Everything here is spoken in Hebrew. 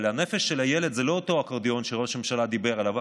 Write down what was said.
הנפש של הילד זה לא אותו אקורדיון שראש הממשלה דיבר עליו,